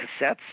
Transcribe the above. cassettes